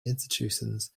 institutions